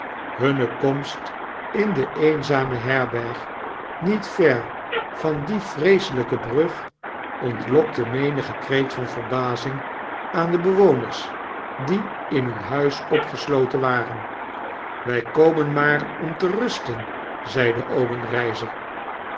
hunne komst in de eenzame herberg niet ver van die vreeselpe brug ontlokte menigen kreet van verbazing aan de bewoners die in hun huis opgesloten waren wg komen maar om te rusten zeide